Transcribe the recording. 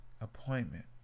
appointment